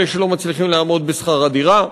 אלה שלא מצליחים לעמוד בשכר הדירה,